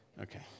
okay